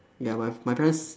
ya my my parents